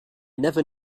never